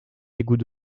égouts